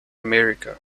america